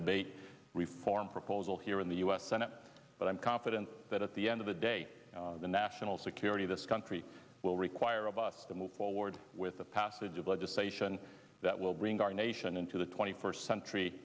debate reform proposal here in the u s senate but i'm confident that at the end of the day the national security this country will require of us to move forward with the passage of legislation that will bring our nation into the twenty first century